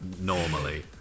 normally